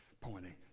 Pointing